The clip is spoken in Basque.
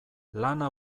lana